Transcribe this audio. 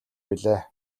билээ